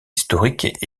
historiques